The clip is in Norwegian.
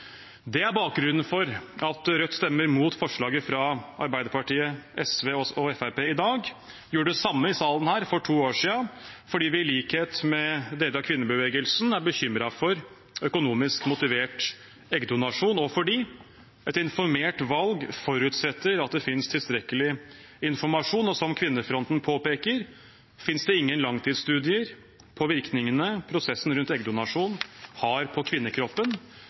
Det er bakgrunnen for at Rødt stemmer mot forslaget fra Arbeiderpartiet, SV og Fremskrittspartiet i dag. Vi gjorde det samme i denne salen for to år siden, fordi vi i likhet med deler av kvinnebevegelsen er bekymret for økonomisk motivert eggdonasjon, og fordi et informert valg forutsetter at det finnes tilstrekkelig informasjon. Som Kvinnefronten påpeker, finnes det ingen langtidsstudier på virkningene prosessen ved eggdonasjon har på kvinnekroppen.